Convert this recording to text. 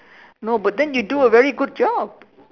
no but then you do a very good job